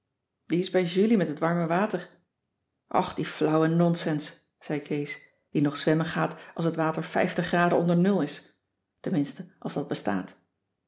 bij julie met het warme water och die flauwe nonsens zei kees die nog zwemmen gaat als t water o onder nul is tenminste als dat bestaat